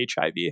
HIV